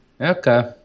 Okay